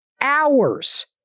hours